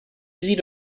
easy